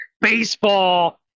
baseball